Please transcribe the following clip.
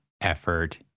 effort